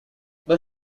but